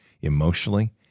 emotionally